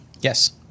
Yes